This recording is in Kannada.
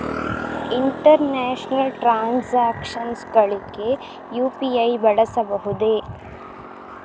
ಇಂಟರ್ನ್ಯಾಷನಲ್ ಟ್ರಾನ್ಸಾಕ್ಷನ್ಸ್ ಗಳಿಗೆ ಯು.ಪಿ.ಐ ಬಳಸಬಹುದೇ?